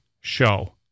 Show